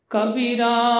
Kabira